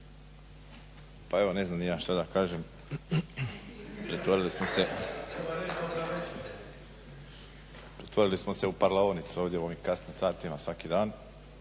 Pa evo, ne znam ni ja šta da kažem. Pretvorili smo se u parlaonicu ovdje u ovim kasnim satima svaki dan.